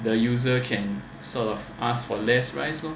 the user can sort of ask for less rice lor